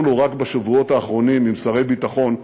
לו רק בשבועות האחרונים עם שרי ביטחון.